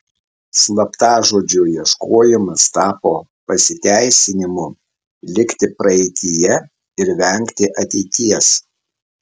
slaptažodžio ieškojimas tapo pasiteisinimu likti praeityje ir vengti ateities